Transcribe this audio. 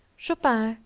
chopin,